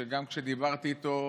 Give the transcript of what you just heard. שגם דיברתי איתו,